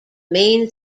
main